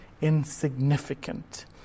insignificant